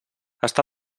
està